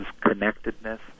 connectedness